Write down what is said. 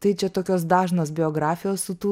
tai čia tokios dažnos biografijos su tų